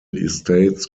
estates